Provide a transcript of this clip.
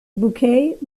bouquet